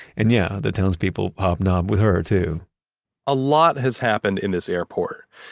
and yeah, the townspeople hobnobbed with her too a lot has happened in this airport.